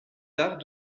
tard